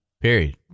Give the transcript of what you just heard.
period